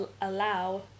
allow